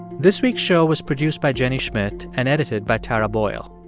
this week's show was produced by jenny schmidt and edited by tara boyle.